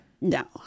No